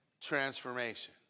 transformation